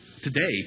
Today